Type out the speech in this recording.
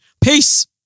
peace